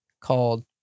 called